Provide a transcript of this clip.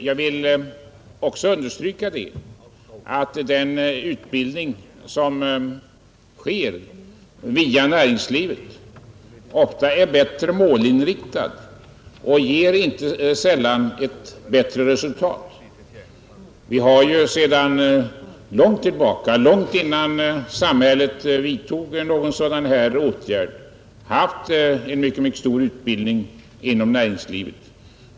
Jag vill också understryka att den utbildning som nu sker via näringslivet ofta är bättre målinriktad och inte sällan ger ett bättre resultat. Vi har inom näringslivet sedan lång tid tillbaka — långt innan samhället vidtog någon sådan åtgärd — haft en mycket omfattande utbildning.